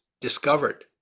discovered